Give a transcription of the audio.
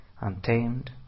untamed